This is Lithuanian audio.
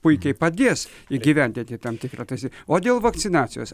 puikiai padės įgyvendinti tam tikrą tarsi o dėl vakcinacijos